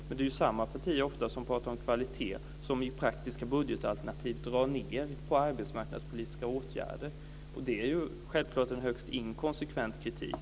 Men det är ofta samma parti som pratar om kvalitet som i praktiska budgetalternativ drar ned på arbetsmarknadspolitiska åtgärder. Det är självfallet en högst inkonsekvent kritik.